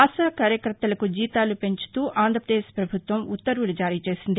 ఆశా కార్యకర్తలకు జీతాలు పెంచుతూ ఆంధ్రప్రదేశ్ పభుత్వం ఉత్తర్వులు జారీ చేసింది